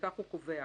וכך הוא קובע